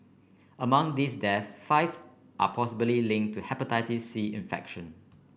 among these deaths five are possibly linked to Hepatitis C infection